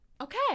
Okay